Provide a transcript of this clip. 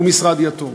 הוא משרד יתום.